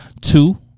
two